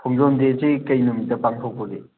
ꯈꯣꯡꯖꯣꯝ ꯗꯦ ꯁꯤ ꯀꯔꯤ ꯅꯨꯃꯤꯠꯇ ꯄꯥꯡꯊꯣꯛꯄꯒꯦ